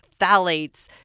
phthalates